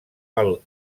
pel